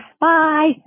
Bye